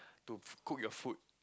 to cook your food